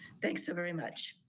thanks so very much.